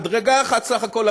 מדרגה אחת בסך הכול,